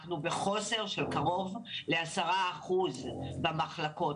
אנחנו בחוסר של קרוב ל-10% במחלקות.